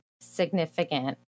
significant